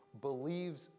believes